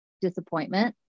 disappointment